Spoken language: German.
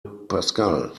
pascal